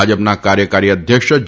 ભાજપના કાર્યકારી અધ્યક્ષ જે